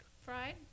Fried